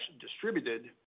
distributed